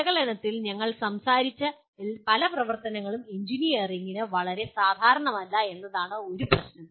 വിശകലനത്തിൽ ഞങ്ങൾ സംസാരിച്ച പല പ്രവർത്തനങ്ങളും എഞ്ചിനീയറിംഗിന് വളരെ സാധാരണമല്ല എന്നതാണ് മറ്റൊരു പ്രശ്നം